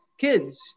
kids